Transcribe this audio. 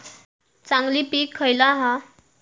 चांगली पीक खयला हा?